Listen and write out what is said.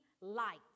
light